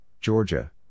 Georgia